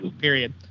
period